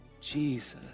Jesus